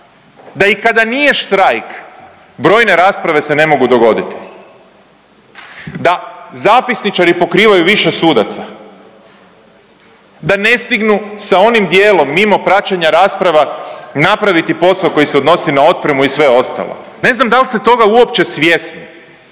da i kada nije štrajk brojne rasprave se ne mogu dogoditi, da zapisničari pokrivaju više sudaca, da ne stignu s onim dijelom mimo praćenja rasprava napraviti posao koji se odnosi na otpremu i sve ostalo, ne znam dal ste toga uopće svjesni.